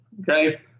okay